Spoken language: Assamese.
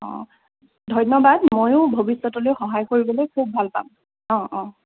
অঁ ধন্যবাদ মইও ভৱিষ্যতলৈ সহায় কৰিবলৈ খুব ভাল পাম অঁ অঁ